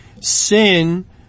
Sin